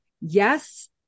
yes